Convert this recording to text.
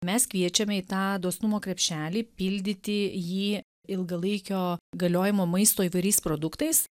mes kviečiame į tą dosnumo krepšelį pildyti jį ilgalaikio galiojimo maisto įvairiais produktais